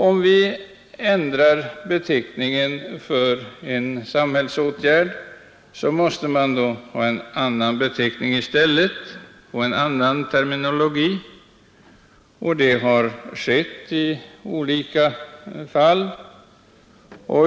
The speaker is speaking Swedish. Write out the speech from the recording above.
Om vi ändrar beteckningen för en samhällsåtgärd, måste man ha en annan beteckning och terminologi i stället. Detta har skett i olika fall.